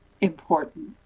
important